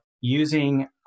using